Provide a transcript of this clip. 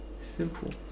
Simple